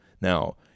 Now